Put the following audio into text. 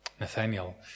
Nathaniel